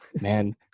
man